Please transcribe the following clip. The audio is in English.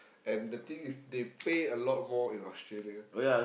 and the thing is they pay a lot more in Australia